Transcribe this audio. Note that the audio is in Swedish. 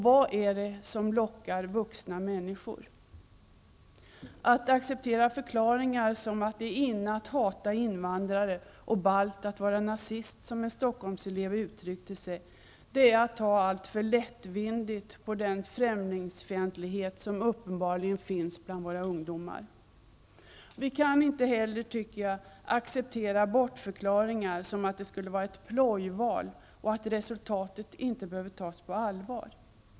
Vad är det som lockar vuxna människor? Att acceptera förklaringar som att ''det är inne att hata invandrare och ballt att vara nazist'' som en Stockholmselev uttryckte sig, är att ta alltför lättvindigt på den främlingfientlighet som uppenbarligen finns bland våra undgomar. Vi kan inte heller, tycker jag, acceptera bortförklaringar som att det skulle vara ett ''plojval'' och att resultatet inte behöver tas på allvar.